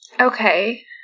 Okay